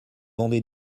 vendez